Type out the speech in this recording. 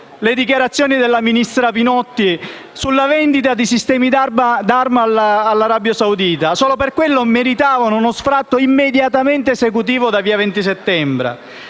le dichiarazioni della ministra Pinotti sulla vendita di sistemi d'arma all'Arabia Saudita. Solo per quelle meritava uno sfratto immediatamente esecutivo da via Venti Settembre.